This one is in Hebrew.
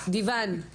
יש פה את משרד המשפטים,